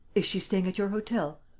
is she staying at your hotel?